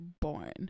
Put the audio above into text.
born